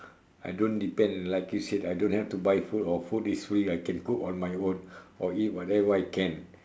I don't depend like you said I don't have to buy food or food is free I can cook on my own or eat whatever I can